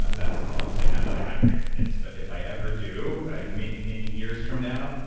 that's all i'm saying, not that i have grandkids, but if i ever do many, many years from now,